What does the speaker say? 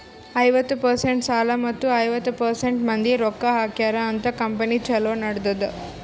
ಐವತ್ತ ಪರ್ಸೆಂಟ್ ಸಾಲ ಮತ್ತ ಐವತ್ತ ಪರ್ಸೆಂಟ್ ಮಂದಿ ರೊಕ್ಕಾ ಹಾಕ್ಯಾರ ಅಂತ್ ಕಂಪನಿ ಛಲೋ ನಡದ್ದುದ್